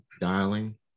dialing